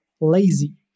lazy